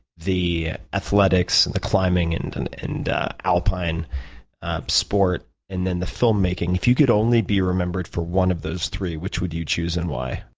the athletics, the climbing and and and alpine sport and then the filmmaking, if you could only be remembered for one of those three, which would you choose and why?